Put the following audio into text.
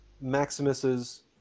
Maximus's